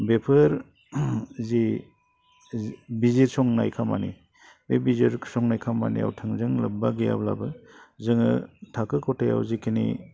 बेफोर जि बिजिसंनाय खामानि बे बिजिरसंनाय खामानियाव थोंजों लोब्बा गैयाब्लाबो जोङो थाखो खथायाव जिखिनि